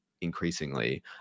increasingly